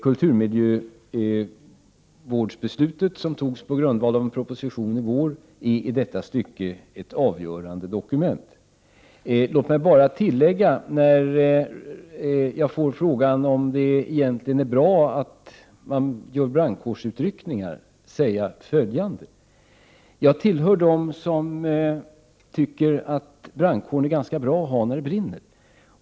Kulturmiljövårdsbeslutet som fattades på grundval av en proposition under våren är i detta sammanhang ett avgörande dokument. Roland Larsson frågade mig om det egentligen är bra att göra brandkårsutryckningar. Låt mig då säga följande. Jag är en av dem som tycker att brandkåren är ganska bra att ha när det brinner.